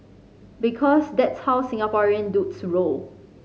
because that's how Singaporean dudes roll